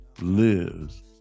lives